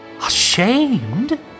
Ashamed